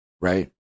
right